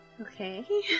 Okay